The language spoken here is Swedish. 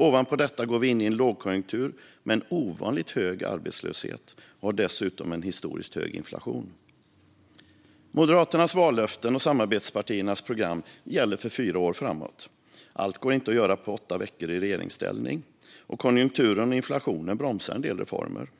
Ovanpå detta går vi in i en lågkonjunktur med en ovanligt hög arbetslöshet och har dessutom en historiskt hög inflation. Moderaternas vallöften och samarbetspartiernas program gäller för fyra år framåt. Allt går inte att göra på åtta veckor i regeringsställning, och konjunkturen och inflationen bromsar en del reformer.